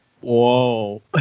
Whoa